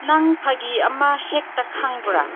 ꯅꯪ ꯐꯥꯒꯤ ꯑꯃꯍꯦꯛꯇ ꯈꯪꯕ꯭ꯔꯥ